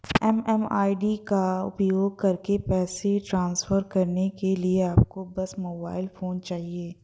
MMID का उपयोग करके पैसे ट्रांसफर करने के लिए आपको बस मोबाइल फोन चाहिए